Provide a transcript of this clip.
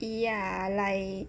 ya like